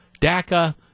DACA